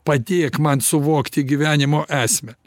padėk man suvokti gyvenimo esmę